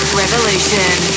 revolution